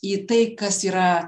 į tai kas yra